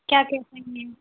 क्या क्या चाहिए